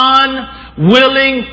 unwilling